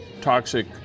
toxic